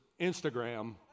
Instagram